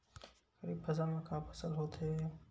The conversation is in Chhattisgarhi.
खरीफ फसल मा का का फसल होथे?